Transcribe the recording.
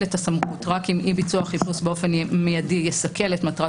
את הסמכות רק אם אי ביצוע חיפוש באופן מיידי יסכל את מטרת